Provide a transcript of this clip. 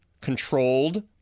controlled